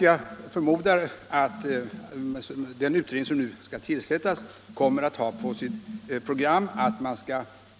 Jag förmodar att den utredning som nu skall tillsättas kommer att ha på sitt program att man